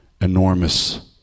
enormous